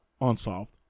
unsolved